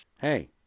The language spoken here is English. hey